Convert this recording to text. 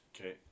Okay